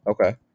Okay